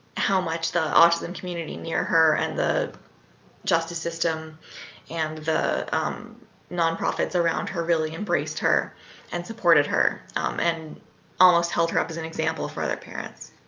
how much the autism community near her and the justice system and the nonprofits around her really embraced her and supported her um and almost held her up as an example for other parents.